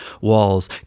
walls